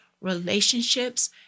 relationships